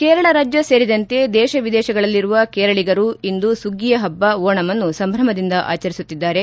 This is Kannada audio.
ಕೇರಳ ರಾಜ್ಯ ಸೇರಿದಂತೆ ದೇಶ ವಿದೇಶಗಳಲ್ಲಿರುವ ಕೇರಳಗರು ಇಂದು ಸುಗ್ಗಿಯ ಹಬ್ಲ ಓಣಂ ಅನ್ನು ಸಂಭ್ರಮದಿಂದ ಆಚರಿಸುತ್ನಿದ್ದಾರೆ